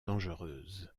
dangereuse